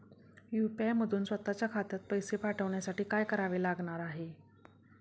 UPI मधून स्वत च्या खात्यात पैसे पाठवण्यासाठी काय करावे लागणार आहे?